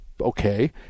Okay